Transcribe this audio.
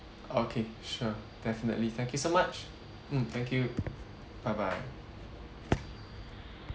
okay sure definitely thank you so much mm thank you bye bye